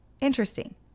Interesting